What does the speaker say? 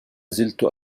زلت